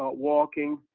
walking.